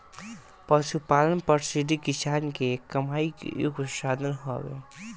पशुपालन पद्धति किसान के कमाई के एगो साधन हवे